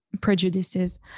prejudices